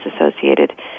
associated